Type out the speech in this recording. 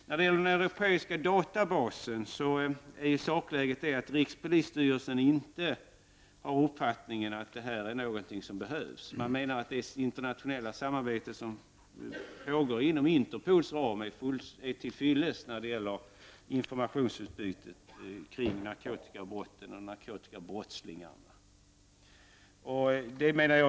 När det gäller den europeiska databasen är saken den att rikspolisstyrelsen inte har uppfattningen att detta är något som behövs. Styrelsen menar att det internationella samarbete som pågår inom Interpols ram är till fyllest när det gäller informationsutbytet kring narkotikabrotten och narkotikabrottslingarna.